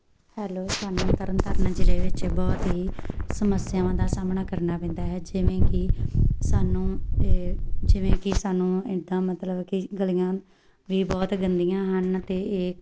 hello ਸਾਨੂੰ ਤਰਨ ਤਾਰਨ ਜ਼ਿਲ੍ਹੇ ਵਿੱਚ ਬਹੁਤ ਹੀ ਸਮੱਸਿਆਵਾਂ ਦਾ ਸਾਹਮਣਾ ਕਰਨਾ ਪੈਂਦਾ ਹੈ ਜਿਵੇਂ ਕਿ ਸਾਨੂੰ ਏ ਜਿਵੇਂ ਕਿ ਸਾਨੂੰ ਇੱਦਾਂ ਮਤਲਬ ਕਿ ਗਲੀਆਂ ਵੀ ਬਹੁਤ ਗੰਦੀਆਂ ਹਨ ਅਤੇ ਇਹ